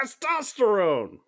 testosterone